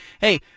Hey